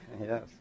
Yes